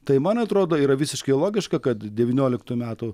tai man atrodo yra visiškai logiška kad devynioliktų metų